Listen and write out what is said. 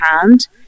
hand